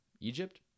Egypt